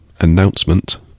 announcement